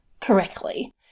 correctly